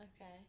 Okay